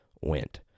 went